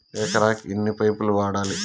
ఎకరాకి ఎన్ని పైపులు వాడాలి?